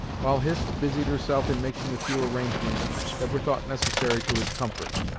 while hist busied herself in making the few arrangements that were thought necessary to his comfort.